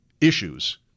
issues